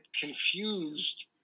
confused